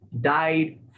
died